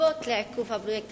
הסיבות לעיכוב הפרויקט.